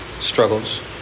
struggles